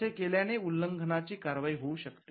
असे केल्याने उल्लंघनची कारवाई होऊ शकते